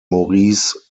maurice